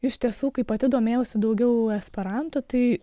iš tiesų kai pati domėjausi daugiau esperantu tai